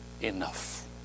enough